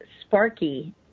sparky